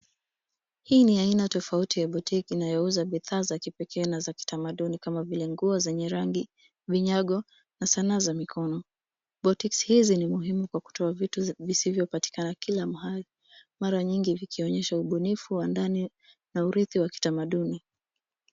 Hii ni aina tofauti ya boutique inayouza bidhaa za kipekee na za kitamaduni kama vile nguo zenye rangi, vinyago na sanaa za mikono. Boutiques hizi ni muhimu kwa kutoa vitu visivyopatikana kila mahali, mara nyingi vikionyesha ubunifu wa ndani na urithi wa kitamaduni.